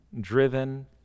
driven